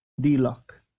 D-Lock